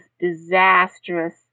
disastrous